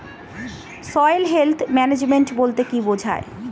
Soil health management বলতে কি বুঝায়?